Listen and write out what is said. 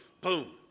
boom